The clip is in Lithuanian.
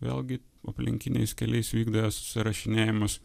vėlgi aplinkiniais keliais vykdė susirašinėjimus